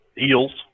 eels